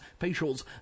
facials